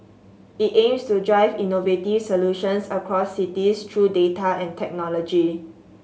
it aims to drive innovative solutions across cities through data and technology